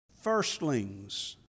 firstlings